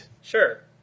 Sure